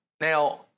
Now